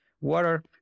water